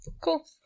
Cool